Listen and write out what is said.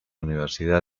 universidad